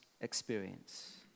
experience